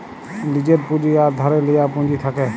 লীজের পুঁজি আর ধারে লিয়া পুঁজি থ্যাকে